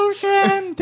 Ocean